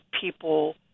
people